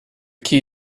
key